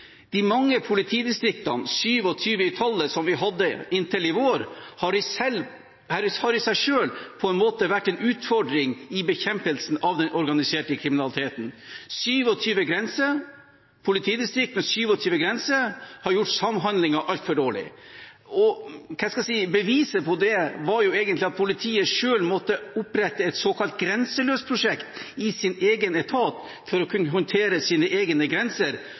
De mange politidistriktene, 27 i tallet, som vi hadde inntil i vår, har i seg selv på en måte vært en utfordring i bekjempelsen av den organiserte kriminaliteten. 27 politidistrikt, med 27 grenser, har gjort samhandlingen altfor dårlig. Beviset på det var egentlig at politiet måtte opprette et såkalt Grenseløs-prosjekt i sin egen etat for å kunne håndtere sine egne grenser,